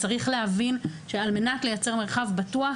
צריך להבין שעל מנת לייצר מרחב בטוח